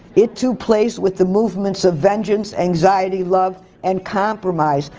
it too plays with the movements of vengeance, anxiety, love, and compromise,